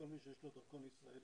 כל מי שיש לו דרכון ישראלי,